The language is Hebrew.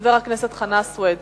חבר הכנסת חנא סוייד.